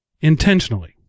intentionally